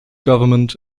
government